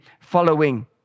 following